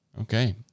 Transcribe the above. Okay